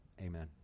Amen